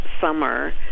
summer